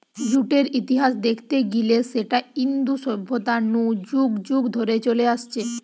জুটের ইতিহাস দেখতে গিলে সেটা ইন্দু সভ্যতা নু যুগ যুগ ধরে চলে আসছে